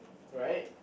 right